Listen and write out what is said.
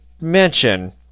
mention